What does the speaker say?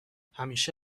همیشه